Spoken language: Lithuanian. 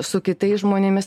su kitais žmonėmis